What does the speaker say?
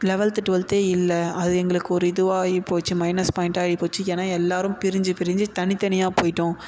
eleventh டுவெல்த்தே இல்லை அது எங்களுக்கு ஒரு இதுவாகி போச்சு மைனஸ் பாயிண்ட்டாக ஆகிப் போச்சு ஏன்னா எல்லோரும் பிரிஞ்சு பிரிஞ்சு தனித்தனியாக போய்ட்டோம்